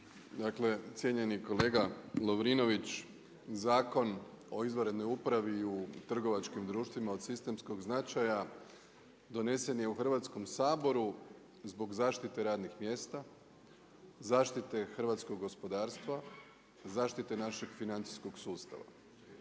Dakle, cijenjeni kolega Lovrinović, Zakon o izvanrednoj upravi u trgovačkim društvima od sistemskog značaja, donesen je u Hrvatskom saboru, zbog zaštite radnih mjesta, zaštite hrvatskog gospodarstva, zaštite našeg financijskog sustava.